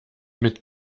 mit